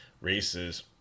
races